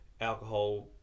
alcohol